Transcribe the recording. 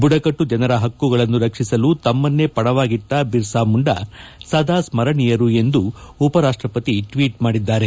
ಬುಡಕಟ್ಟು ಜನರ ಪಕ್ಕುಗಳನ್ನು ರಕ್ಷಿಸಲು ತಮ್ಮನ್ನೇ ಪಣವಾಗಿಟ್ಟ ಬಿರ್ಸಾಮುಂಡಾ ಸದಾ ಸ್ಕರಣೀಯರು ಎಂದು ಉಪರಾಷ್ಟಪತಿ ಟ್ವೀಟ್ ಮಾಡಿದ್ದಾರೆ